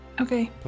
okay